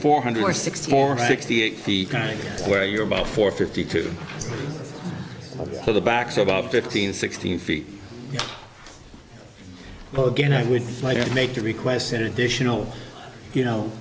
four hundred or six more sixty eight feet where you're about four fifty two to the back so about fifteen sixteen feet well again i would like to make the request an additional you know